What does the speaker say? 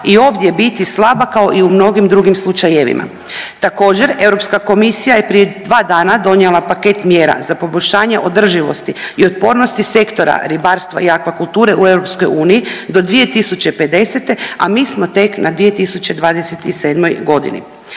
i ovdje biti slaba kao i u mnogim drugim slučajevima. Također, Europska komisija je prije 2 dana donijela paket mjera za poboljšanje održivosti i otpornosti sektora ribarstva i akvakulture u EU do 2050., a mi smo tek na 2027. godini.